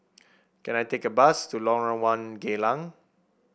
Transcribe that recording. can I take a bus to Lorong One Geylang